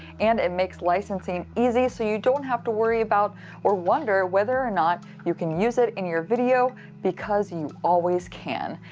and it makes licensing easy so you don't have to worry about or wonder whether or not you can use it in your video because you always can.